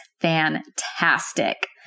fantastic